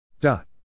Dot